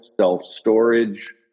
self-storage